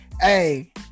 Hey